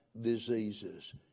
diseases